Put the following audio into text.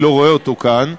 אני לא רואה אותו כאן,